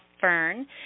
Fern